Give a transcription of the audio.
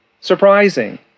surprising